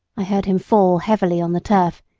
i heard him fall heavily on the turf,